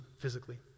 physically